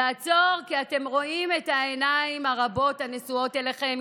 לעצור כי אתם רואים את העיניים הרבות הנשואות אליכם,